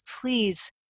please